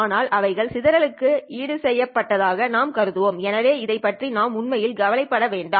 ஆனால் அவைகள் சிதறல்களுக்கு ஈடுசெய்யப்பட்டதாக நாம் கருதுவோம் எனவே அதை பற்றி நாம் உண்மையில் கவலைப்படவில்லை